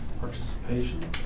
Participation